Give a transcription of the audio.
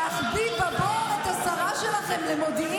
ואז למכור לציבור שהמשרד של המורשת,